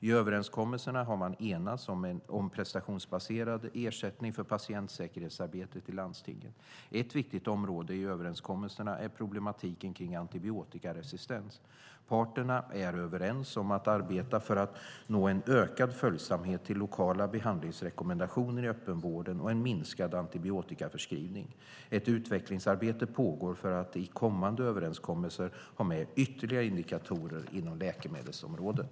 I överenskommelserna har man enats om prestationsbaserad ersättning för patientsäkerhetsarbetet i landstingen. Ett viktigt område i överenskommelserna är problematiken kring antibiotikaresistens. Parterna är överens om att arbeta för att nå en ökad följsamhet till lokala behandlingsrekommendationer i öppenvården och en minskad antibiotikaförskrivning. Ett utvecklingsarbete pågår för att i kommande överenskommelser ha med ytterligare indikatorer inom läkemedelsområdet.